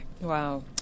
Wow